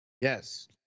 Yes